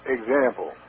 Example